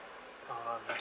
uh